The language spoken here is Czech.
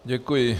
Děkuji.